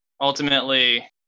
ultimately